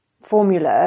formula